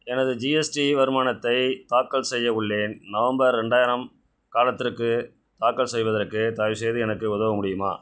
எனது ஜிஎஸ்டி வருமானத்தை தாக்கல் செய்ய உள்ளேன் நவம்பர் ரெண்டாயிரம் காலத்திற்குத் தாக்கல் செய்வதற்கு தயவுசெய்து எனக்கு உதவ முடியுமா